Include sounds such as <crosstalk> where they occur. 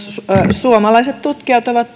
suomalaiset tutkijat ovat <unintelligible>